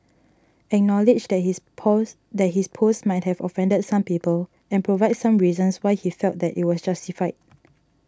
acknowledge that his pose that his post might have offended some people and provide some reasons why he felt that it was justified